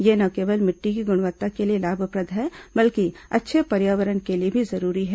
ये न केवल मिट्टी की गुणवत्ता के लिए लाभप्रद है बल्कि अच्छे पर्यावरण के लिए भी जरूरी है